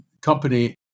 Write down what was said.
company